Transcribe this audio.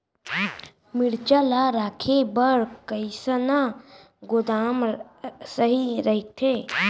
मिरचा ला रखे बर कईसना गोदाम सही रइथे?